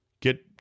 get